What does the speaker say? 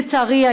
לצערי,